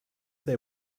they